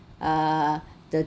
uh the